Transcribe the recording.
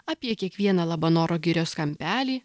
apie kiekvieną labanoro girios kampelį